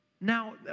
Now